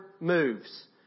moves